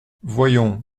voyons